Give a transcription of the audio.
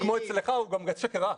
כמו אצלך, הוא גם שקר רע.